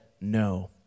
no